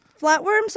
Flatworms